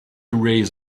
erase